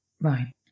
Right